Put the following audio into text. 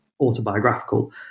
autobiographical